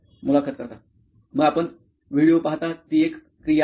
मुलाखत कर्ता मग आपण व्हिडिओ पाहता ती एक क्रिया आहे